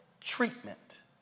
treatment